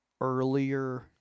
earlier